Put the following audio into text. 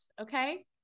okay